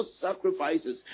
sacrifices